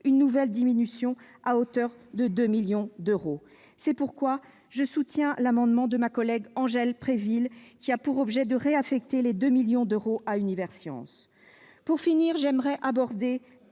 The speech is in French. de son budget à hauteur de 2 millions d'euros. C'est pourquoi je soutiens l'amendement de ma collègue Angèle Préville, qui a pour objet de réaffecter les 2 millions d'euros à Universcience. Pour finir, j'aimerais aborder